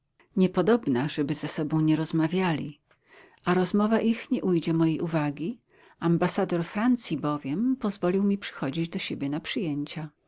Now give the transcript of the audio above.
neapolu niepodobna żeby ze sobą nie rozmawiali a rozmowa ich nie ujdzie mojej uwagi ambasador francji bowiem pozwolił mi przychodzić do siebie na przyjęcia